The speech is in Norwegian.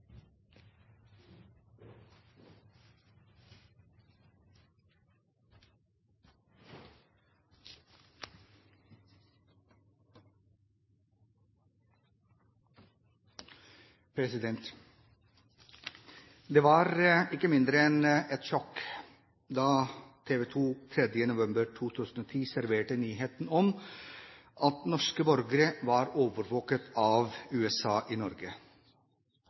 november 2010 serverte nyheten om at norske borgere var overvåket av USA i Norge.